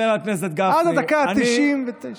עד הדקה ה-99.